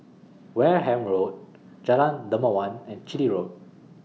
Wareham Road Jalan Dermawan and Chitty Road